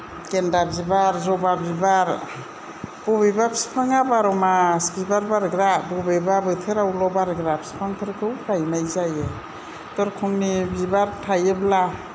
गेन्दा बिबार जबा बिबार बबेबा फिफांआ बार' मास बिबार बारग्रा बबेबा बोथोरावल' बारग्रा फिफांफोरखौ गायनाय जायो दरखंनि बिबार थायोब्ला